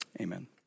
amen